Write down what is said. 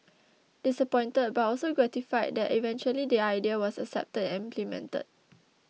disappointed but also gratified that eventually the idea was accepted and implemented